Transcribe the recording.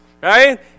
Right